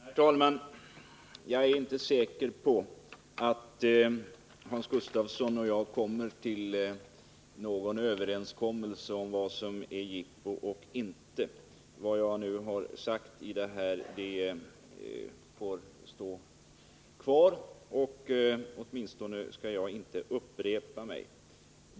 Herr talman! Jag är inte säker på att Hans Gustafsson och jag kan enas om vad som är jippo eller inte. Vad jag har sagt står fast, och jag skall inte upprepa mig.